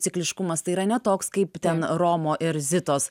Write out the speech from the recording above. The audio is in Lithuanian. cikliškumas tai yra ne toks kaip ten romo ir zitos